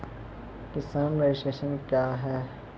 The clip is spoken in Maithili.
किसान रजिस्ट्रेशन क्या हैं?